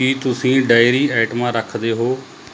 ਕਿ ਤੁਸੀਂ ਡੇਅਰੀ ਆਈਟਮਾਂ ਰੱਖਦੇ ਹੋ